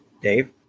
Dave